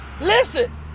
Listen